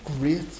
great